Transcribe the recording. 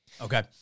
Okay